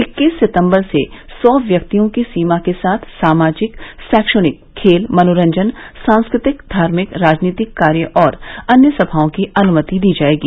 इक्कीस सितंबर से सौ व्यक्तियों की सीमा के साथ सामाजिक शैक्षणिक खेल मनोरंजन सांस्कृतिक धार्मिक राजनीतिक कार्य और अन्य समाओं की अनुमति दी जाएगी